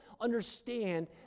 understand